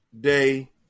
Day